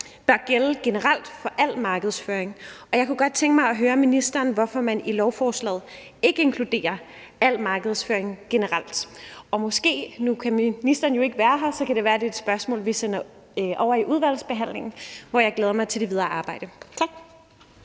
bør gælde generelt for al markedsføring. Og jeg kunne godt tænke mig at høre ministeren, hvorfor man i lovforslaget ikke inkluderer al markedsføring generelt. Nu kan ministeren jo ikke være her, så det kan være, at det er et spørgsmål, vi sender over til udvalgsbehandlingen, hvor jeg glæder mig til det videre arbejde. Tak.